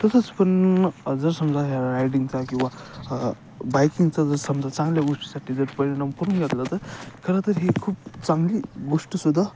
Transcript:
तसंच पण जर समजा रायडिंगचा किंवा बायकिंगचा जर समजा चांगल्या गोष्टीसाठी जर परिणाम करून घेतला तर खरं तर ही खूप चांगली गोष्टसुद्धा